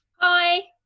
Hi